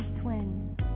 twin